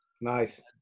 nice